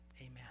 Amen